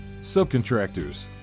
Subcontractors